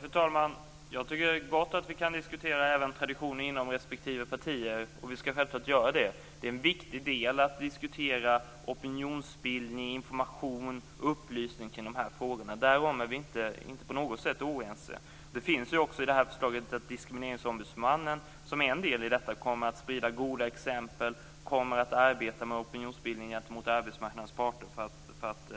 Fru talman! Jag tycker gott att vi kan diskutera även traditioner inom respektive partier. Det skall vi självklart också göra. Det är en viktig uppgift att diskutera opinionsbildning, information och upplysning i de här frågorna. Därom är vi inte på något sätt oense. Det ligger också i förslaget att diskrimineringsombudsmannen, som har en roll i detta, skall sprida goda exempel och arbeta med opinionsbildning gentemot arbetsmarknadens parter för att